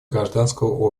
гражданского